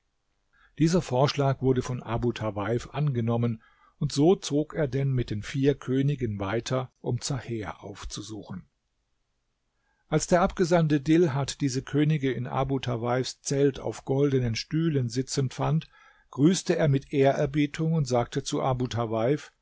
dieser vorschlag wurde von abu tawaif angenommen und so zog er denn mit den vier königen weiter um zaher aufzusuchen als der abgesandte dilhat diese könige in abu tawaifs zelt auf goldenen stühlen sitzend fand grüßte er mit ehrerbietung und sagte zu abu tawaif